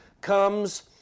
comes